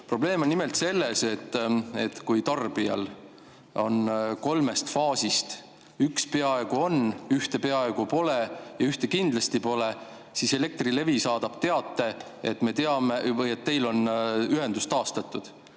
Probleem on nimelt selles, et kui tarbijal kolmest faasist üks peaaegu on, ühte peaaegu pole ja ühte kindlasti pole, siis Elektrilevi saadab teate, et ühendus on taastatud.